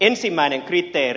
ensimmäinen kriteeri